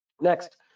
Next